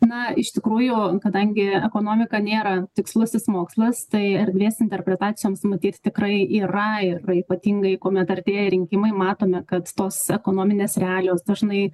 na iš tikrųjų kadangi ekonomika nėra tikslusis mokslas tai erdvės interpretacijoms matyt tikrai yra ir ir ypatingai kuomet artėja rinkimai matome kad tos ekonominės realijos dažnai